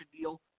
deal